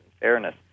fairness